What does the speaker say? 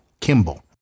Kimball